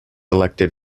elected